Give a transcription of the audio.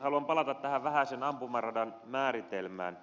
haluan palata tähän vähäisen ampumaradan määritelmään